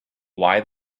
why